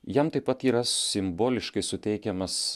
jam taip pat yra simboliškai suteikiamas